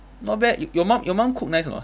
not bad y~ your mum your mum cook nice or not